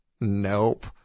Nope